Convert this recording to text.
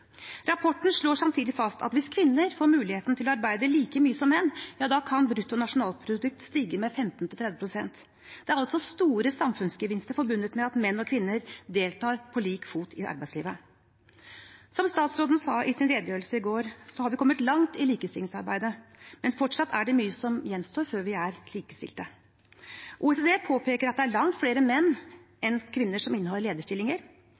Rapporten slår samtidig fast at hvis kvinner får muligheten til å arbeide like mye som menn, kan bruttonasjonalprodukt stige med 15–30 pst. Det er altså store samfunnsgevinster forbundet med at menn og kvinner deltar på like fot i arbeidslivet. Som statsråden sa i sin redegjørelse i går, har vi kommet langt i likestillingsarbeidet, men fortsatt er det mye som gjenstår før vi er likestilte. OECD påpeker at det er langt flere menn enn kvinner som innehar lederstillinger.